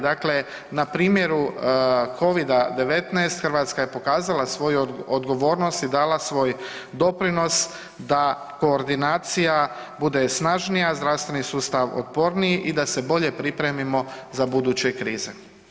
Dakle, na primjeru Covid-19 Hrvatska je pokazala svoju odgovornost i dala svoj doprinos da koordinacija bude snažnija, zdravstveni sustav otporniji i da se bolje pripremimo za buduće krize.